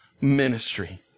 ministry